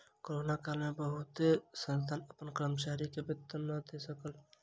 corona काल में बहुत संस्थान अपन कर्मचारी के वेतन नै दय सकल